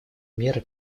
меры